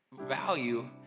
value